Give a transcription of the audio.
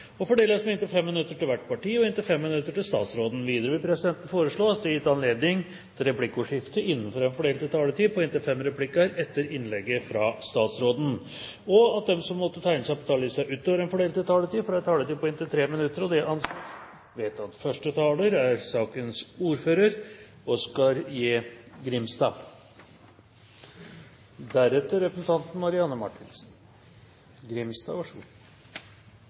og fordeles med inntil 5 minutter til hvert parti og inntil 5 minutter til statsråden. Videre vil presidenten foreslå at det gis anledning til replikkordskifte på inntil fem replikker med svar etter innlegget fra statsråden innenfor den fordelte taletid. Videre blir det foreslått at de som måtte tegne seg på talerlisten utover den fordelte taletid, får en taletid på inntil 3 minutter. – Det anses vedtatt. Første taler er Aud Herbjørg Kvalvik, på vegne av sakens ordfører,